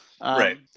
right